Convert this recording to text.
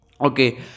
Okay